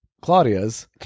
Claudia's